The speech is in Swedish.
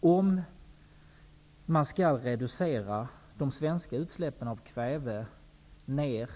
Om de svenska utsläppen av kväveoxider skall reduceras ner